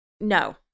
No